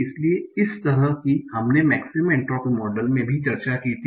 इसलिए इस तरह कि हमने मेक्सिमम एंट्रोपी मॉडल में भी चर्चा की थी